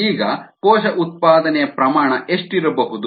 ಈಗ ಕೋಶ ಉತ್ಪಾದನೆಯ ಪ್ರಮಾಣ ಎಷ್ಟಿರಬಹುದು